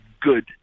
good